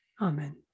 Amen